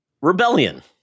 Rebellion